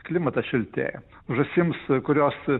klimatas šiltėja žąsims kurios